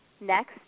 Next